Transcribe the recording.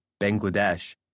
Bangladesh